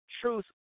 truth